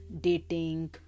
dating